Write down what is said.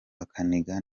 bakinaga